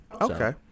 Okay